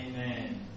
Amen